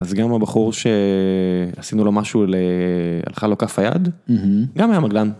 אז גם הבחור שעשינו לו משהו ל... הלכה לו כף היד, גם היה מגלן.